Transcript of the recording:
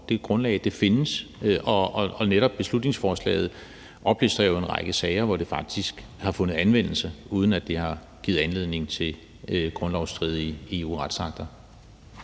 det grundlag findes, og netop beslutningsforslaget oplister jo en række sager, hvor det faktisk har fundet anvendelse, uden at det har givet anledning til grundlovsstridige EU-retsakter.